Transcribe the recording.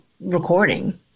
recording